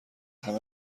همه